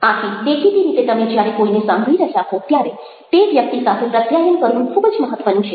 આથી દેખીતી રીતે તમે જ્યારે કોઈને સાંભળી રહ્યા હો ત્યારે તે વ્યક્તિ સાથે પ્રત્યાયન કરવું ખૂબ જ મહત્ત્વનું છે